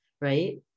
right